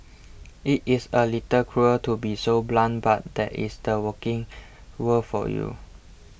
it is a little cruel to be so blunt but that is the working world for you